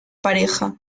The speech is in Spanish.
pareja